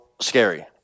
scary